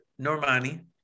Normani